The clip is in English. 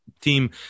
team